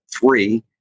three